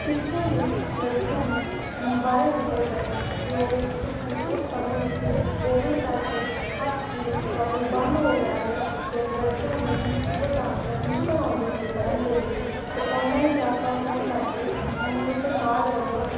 ਪਿੱਛੇ ਹੀ ਲੜਕੀਆਂ ਨੂੰ ਉਹ ਮੋਬਾਇਲ ਦਿੱਤੇ ਗਏ ਕਿ ਉਹ ਕਿਉਂਕਿ ਉਸ ਸਮੇਂ ਵਿੱਚ ਕੋਵਿਡ ਕਰਕੇ ਹਰ ਸਕੂਲ ਕੋਲੇਜ ਬੰਦ ਹੋ ਗਿਆ ਸੀ ਅਤੇ ਲੜਕੀਆਂ ਨੂੰ ਮੁਸੀਬਤਾਂ ਮੁਸ਼ਕਿਲ ਆਉਂਦੀ ਸੀ ਪੜ੍ਹਨ ਦੇ ਵਿੱਚ ਅਤੇ ਔਨਲਾਈਨ ਕਲਾਸਾਂ ਹੋਣ ਕਰਕੇ ਉਹਨਾਂ ਨੂੰ ਸਰਕਾਰ ਵੱਲੋਂ